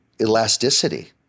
elasticity